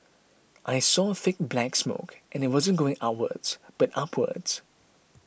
I saw thick black smoke and it wasn't going outwards but upwards